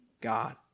God